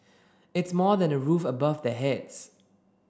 it's more than a roof above their heads